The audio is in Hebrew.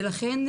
ולכן,